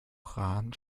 rahn